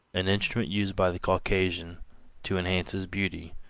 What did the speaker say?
an instrument used by the caucasian to enhance his beauty,